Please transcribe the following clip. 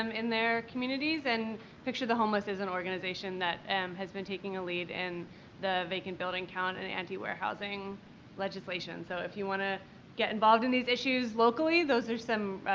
um in their communities, and picture the homeless is an organization that has been taking a lead in the vacant building count and in anti-warehousing legislation. so if you want to get involved in these issues locally, those are some,